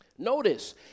Notice